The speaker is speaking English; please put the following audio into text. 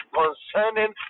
concerning